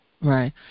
Right